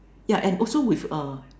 ya and also with uh